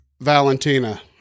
Valentina